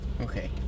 Okay